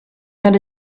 going